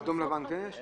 ואדום-לבן כן יש?